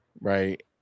right